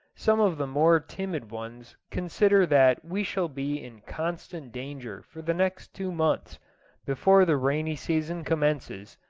some of the more timid ones consider that we shall be in constant danger for the next two months before the rainy season commences,